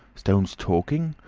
stones talking.